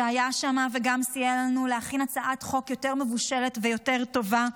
שהיה שם וגם סייע לנו להכין הצעת חוק יותר מבושלת ויותר טובה,